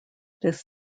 this